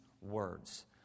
words